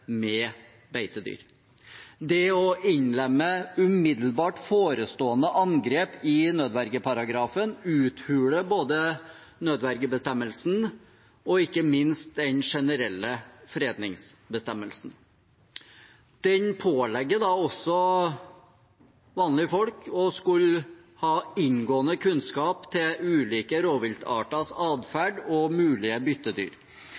med beitedyr. Det å innlemme umiddelbart forestående angrep i nødvergeparagrafen uthuler både nødvergebestemmelsen og ikke minst den generelle fredningsbestemmelsen. Den pålegger da også vanlige folk å skulle ha inngående kunnskap til ulike rovviltarters atferd og mulige byttedyr.